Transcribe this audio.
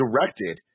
directed